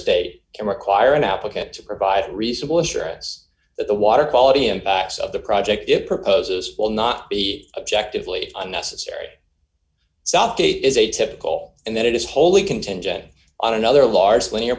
state can require an applicant to provide reasonable assurance that the water quality impacts of the project it proposes will not be objectively unnecessary southgate is a typical and that it is wholly contingent on another large linear